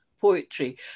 Poetry